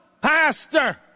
Pastor